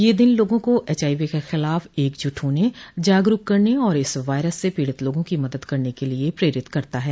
यह दिन लोगों को एच आईवी के खिलाफ एकज्ट होने जागरूक करने और इस वायरस से पीडित लोगों की मदद करने के लिए प्रेरित करता है